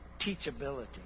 teachability